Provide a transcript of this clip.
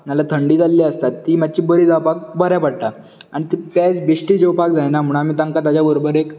ना जाल्यार थंडी जाल्ली आसता ती मातशी बरी जावपाक बऱ्या पडटा आनी ती पेज बेश्टी जेवपाक जायना म्हण आमी तांकां ताचे बरोबर एक